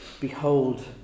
behold